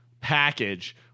package